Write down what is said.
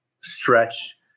stretch